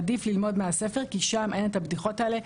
עדיף ללמוד מהספר כי שם אין הבדיחות האלה.